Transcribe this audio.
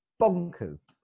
bonkers